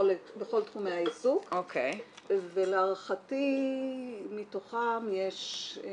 בכל תחומי העיסוק ולהערכתי מתוכן אני